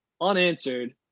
unanswered